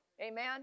Amen